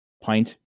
pint